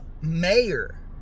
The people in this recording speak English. mayor